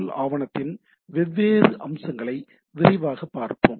L ஆவணத்தின் வெவ்வேறு அம்சங்களை விரைவாகப் பார்ப்போம்